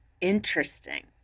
interesting